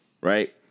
right